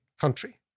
country